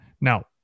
now